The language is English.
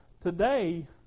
today